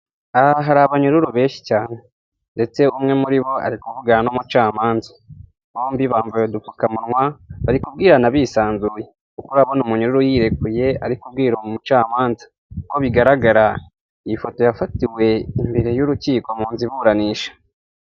Aha hari abanyururu benshi cyane ndetse umwe muri bo kuvugana n'umucamanza, bombi bambaye udupfukamunwa, bari kubwirana bisanzuye, kuko urabona umunyururu yirekuye ari kubwira umucamanza, uko bigaragara iyi foto yafatiwe imbere y'urukiko mu nzu iburanisha.